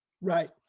Right